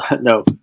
no